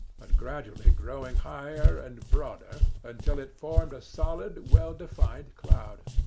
but gradually growing higher and broader until it formed a solid, well-defined cloud.